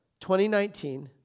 2019